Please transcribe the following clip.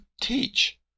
teach